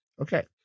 Okay